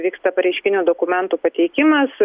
vyksta pareiškinių dokumentų pateikimas